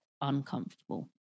uncomfortable